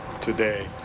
today